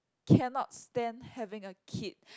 cannot stand having a kid